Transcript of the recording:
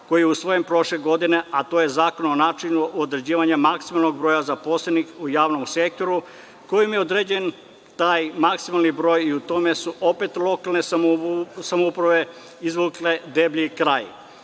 koji je usvojen prošle godine, a to je Zakon o načinu određivanja maksimalnog broja zaposlenih u javnom sektoru, kojim je određen taj maksimalni broj i u tome su opet lokalne samouprave izvukle deblji kraj.